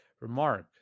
remark